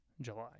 July